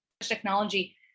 technology